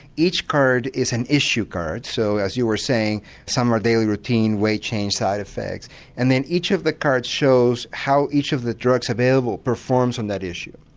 each card is an issue card so as you were saying some are daily routine, weight change, side effects and then each of the cards shows how each of the drugs available performs on that issue.